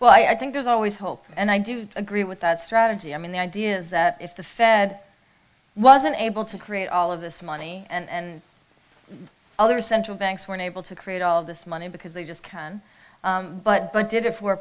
well i think there's always hope and i do agree with that strategy i mean the idea is that if the fed wasn't able to create all of this money and the other central banks were unable to create all of this money because they just can but but did it for a